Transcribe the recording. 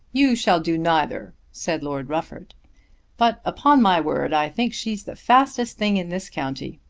you shall do neither, said lord rufford but upon my word i think she's the fastest thing in this county.